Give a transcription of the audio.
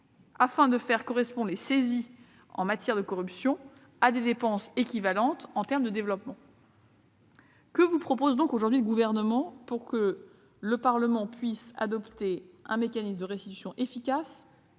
qui feraient correspondre aux saisies en matière de corruption des dépenses équivalentes de développement. Que propose donc aujourd'hui le Gouvernement pour que le Parlement adopte un mécanisme de restitution efficace,